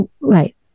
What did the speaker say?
right